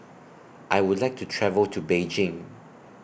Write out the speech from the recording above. I Would like to travel to Beijing